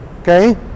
Okay